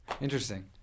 Interesting